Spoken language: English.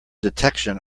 detection